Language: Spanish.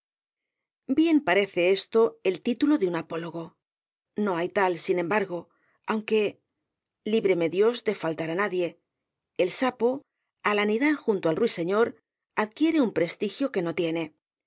bien parece esto el título de un apólogo no hay tal sin embargo aunquelíbreme dios de faltar á nadieel sapo al anidar junto al ruiseñor adquiere un prestigio que no tiene